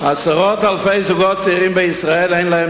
עשרות אלפי זוגות צעירים בישראל אין להם